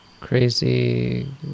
crazy